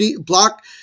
block